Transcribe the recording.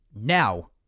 Now